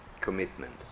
commitment